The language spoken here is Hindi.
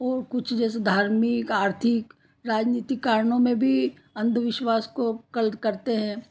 वो कुछ जैसे धार्मिक आर्थिक राजनीतिक कारणों में भी अंधविश्वास को कल्ट करते हैं